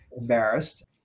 embarrassed